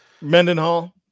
Mendenhall